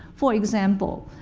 for example,